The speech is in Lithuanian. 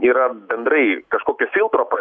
yra bendrai kažkokio filtro